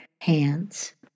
hands